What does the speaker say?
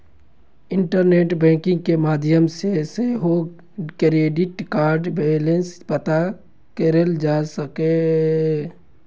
internet banking के माध्यम सं सेहो क्रेडिट कार्डक बैलेंस पता कैल जा सकैए